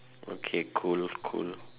okay cool cool